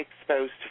exposed